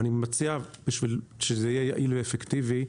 ואני מציע, כדי שזה יהיה יעיל ואפקטיבי,